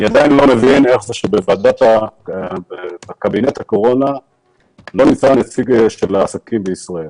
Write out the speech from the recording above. אני עדיין לא מבין איך זה שבקבינט הקורונה לא יושב נציג העסקים בישראל.